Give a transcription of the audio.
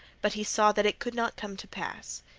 but he saw that it could not come to pass.